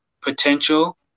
potential